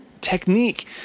technique